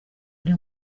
buri